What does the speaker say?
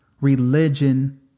religion